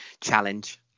challenge